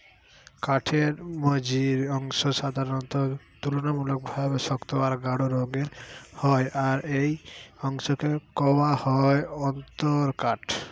কাঠের মঝির অংশ সাধারণত তুলনামূলকভাবে শক্ত আর গাঢ় রঙের হয় আর এই অংশকে কওয়া হয় অন্তরকাঠ